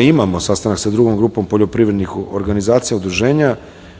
imamo sastanak sa drugom grupom poljoprivrednih organizacija, udruženja